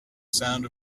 sound